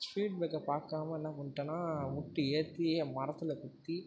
speed breaker பார்க்காம என்ன பண்ணிட்டேனா விட்டு ஏற்றி மரத்தில் குத்தி